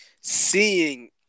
seeing